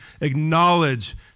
acknowledge